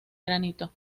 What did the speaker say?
granito